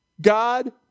God